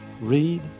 Read